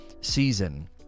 season